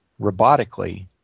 robotically